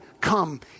come